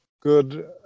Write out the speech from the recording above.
good